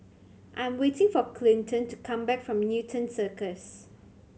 I'm waiting for Clinton to come back from Newton Circus